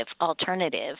alternative